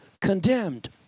condemned